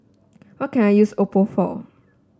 what can I use Oppo for